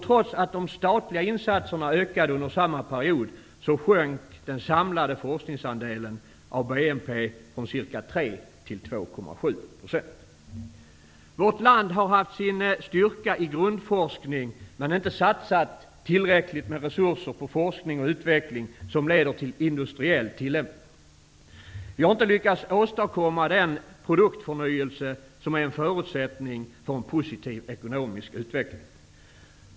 Trots att de statliga insatserna ökade under samma period sjönk den samlade forskningsandelen av BNP från ca 3 % till Vårt land har haft sin styrka i grundforskning, men inte satsat tillräckligt med resurser på forskning och utveckling som leder till industriell tillämpning. Vi har inte lyckats åstadkomma den produktförnyelse som är en förutsättning för en positiv ekonomisk utveckling.